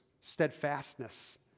steadfastness